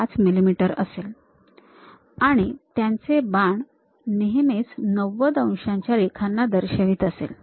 ५ मिमी असेल आणि त्यांचे बाण नेहमीच ९० अंशाच्या रेखाना दर्शवित असेल